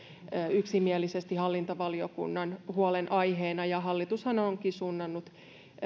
yksimielisesti hallintovaliokunnan huolen aiheena ja hallitushan onkin suunnannut